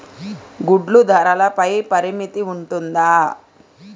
గుడ్లు ధరల పై పరిమితి ఉంటుందా?